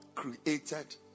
created